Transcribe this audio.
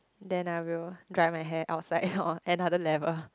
then I will dry my hair outside on another level